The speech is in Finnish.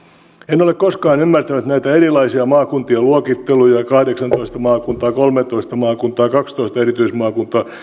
en ole koskaan ymmärtänyt näitä erilaisia maakuntien luokitteluja kahdeksantoista maakuntaa kolmetoista maakuntaa kaksitoista erityismaakuntaa